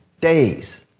days